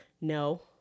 No